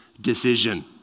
decision